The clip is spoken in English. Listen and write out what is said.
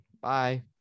Bye